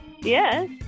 Yes